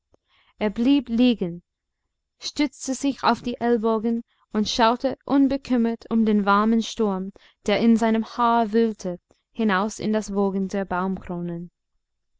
er blieb liegen stützte sich auf die ellbogen und schaute unbekümmert um den warmen sturm der in seinem haar wühlte hinaus in das wogen der